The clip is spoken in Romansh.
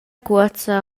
cuoza